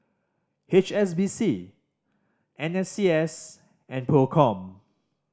H S B C N S C S and Procom